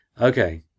Okay